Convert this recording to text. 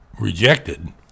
rejected